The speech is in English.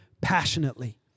passionately